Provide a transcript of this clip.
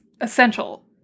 essential